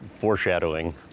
foreshadowing